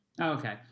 Okay